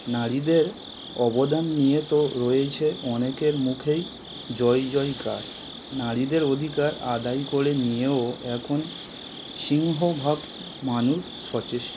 নারীদের অবদান নিয়ে তো রয়েইছে অনেকের মুখেই জয়জয়কার নারীদের অধিকার আদায় করে নিয়েও এখন সিংহভাগ মানুষ সচেষ্ট